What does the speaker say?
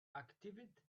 activated